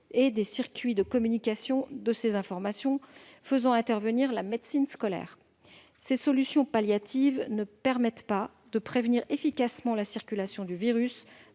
sur des circuits de communication de ces informations faisant intervenir la médecine scolaire. Ces solutions palliatives ne permettent pas de prévenir efficacement la circulation du virus